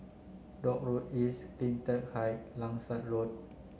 Dock Road East CleanTech Height Langsat Road